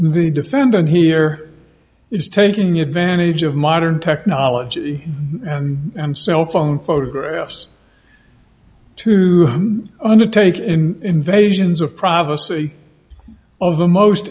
the defendant here is taking the advantage of modern technology and cell phone photographs to undertake in invasions of privacy of the most